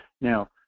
Now